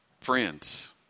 friends